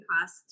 cost